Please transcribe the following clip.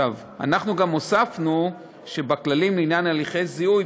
אנחנו הוספנו שבכללים לעניין הליכי הזיהוי,